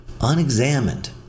Unexamined